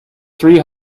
three